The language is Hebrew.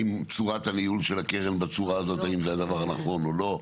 האם הניהול של הקרן בצורה הזאת היא הדבר הנכון או לא.